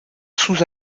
sous